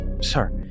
Sir